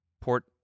Port